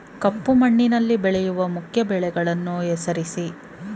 ಕಪ್ಪು ಮಣ್ಣಿನಲ್ಲಿ ಬೆಳೆಯುವ ಮುಖ್ಯ ಬೆಳೆಗಳನ್ನು ಹೆಸರಿಸಿ